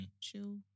Chill